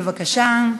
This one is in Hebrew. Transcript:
בבקשה.